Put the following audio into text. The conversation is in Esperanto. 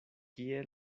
kie